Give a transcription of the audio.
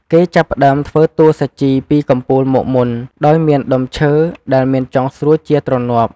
គេចាប់ផ្តើមធ្វើតួសាជីពីកំពូលមកមុន ដោយមានដុំឈើដែលមានចុងស្រួចជាទ្រនាប់។